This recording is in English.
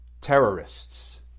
terrorists